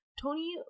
Tony